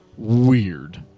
weird